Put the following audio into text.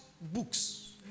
books